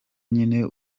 nyine